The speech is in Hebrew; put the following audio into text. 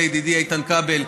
לידידי איתן כבל,